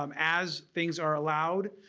um as things are allowed